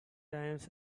times